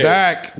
back